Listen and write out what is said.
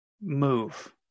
move